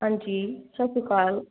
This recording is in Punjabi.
ਹਾਂਜੀ ਸਤਿ ਸ਼੍ਰੀ ਅਕਾਲ